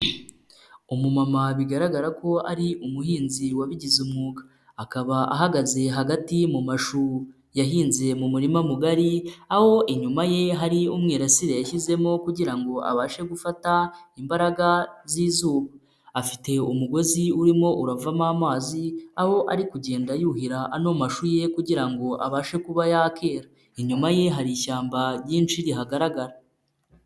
Umumama bigaragara ko ari umuhinzi wabigize umwuga akaba ahagaze hagati mu mashu yahinze mu murima mugari, aho inyuma ye hariyo umwirasire yashyizemo kugira ngo abashe gufata imbaraga z'izuba, afite umugozi urimo uravamo amazi aho ari kugenda yuhira ano mashu ye kugira ngo abashe kuba yakera, inyuma ye hari ishyamba ryinshi rihagaragara.